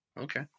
Okay